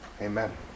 Amen